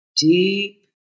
deep